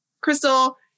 Crystal